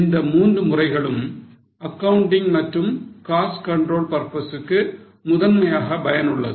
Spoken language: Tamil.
இந்த மூன்று முறைகளும் accounting மற்றும் control purpose க்கு முதன்மையாக பயனுள்ளது